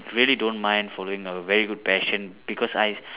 really don't mind following a very good passion because I